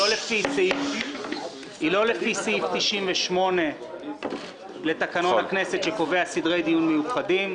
לפי סעיף 98 לתקנון הכנסת שקובע סדרי דיון מיוחדים,